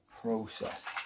process